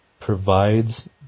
Provides